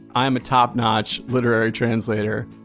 i am a top notch literary translator,